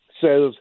says